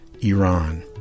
Iran